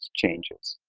changes.